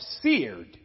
seared